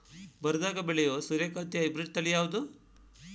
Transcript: ಬರದಾಗ ಬೆಳೆಯೋ ಸೂರ್ಯಕಾಂತಿ ಹೈಬ್ರಿಡ್ ತಳಿ ಯಾವುದು?